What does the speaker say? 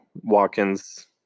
Watkins